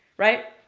right?